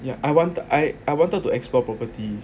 ya I want I I wanted to explore property